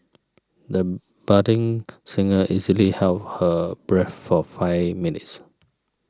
the budding singer easily held her breath for five minutes